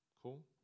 Cool